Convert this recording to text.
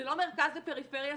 זה לא מרכז ופריפריה,